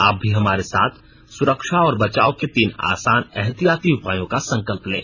आप भी हमारे साथ सुरक्षा और बचाव के तीन आसान एहतियाती उपायों का संकल्प लें